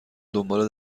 دنبال